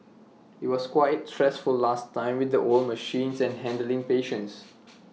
IT was quite stressful last time with the old machines and handling patients